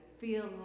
feel